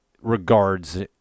Regards